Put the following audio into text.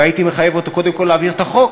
והייתי מחייב אותו קודם כול להעביר את החוק,